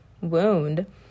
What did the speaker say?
wound